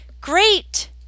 Great